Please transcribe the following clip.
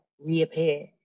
reappear